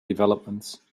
developments